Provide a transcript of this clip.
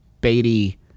Beatty